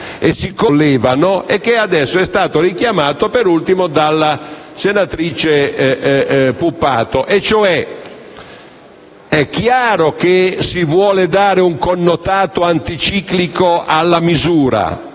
e che è stato richiamato per ultimo dalla senatrice Puppato. È chiaro che si vuole dare un connotato anticiclico alla misura